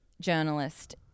journalist